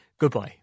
goodbye